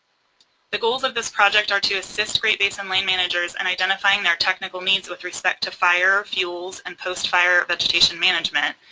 the goals of this project are to assist great basin land managers in and identifying their technical needs with respect to fire, fuels, and post fire vegetation management.